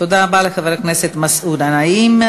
תודה לחבר הכנסת מסעוד גנאים.